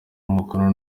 umukono